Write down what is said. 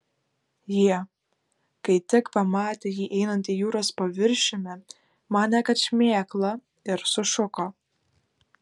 jie kai tik pamatė jį einantį jūros paviršiumi manė kad šmėkla ir sušuko